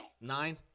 Nine